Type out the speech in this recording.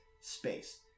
space